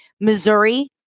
Missouri